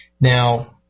Now